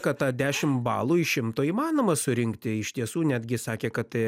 kad tą dešim balų iš šimto įmanoma surinkti iš tiesų netgi sakė kad tai